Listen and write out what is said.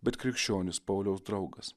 bet krikščionis pauliaus draugas